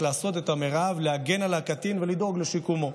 לעשות את המרב להגן על הקטין ולדאוג לשיקומו.